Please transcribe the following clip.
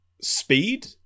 speed